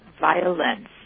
violence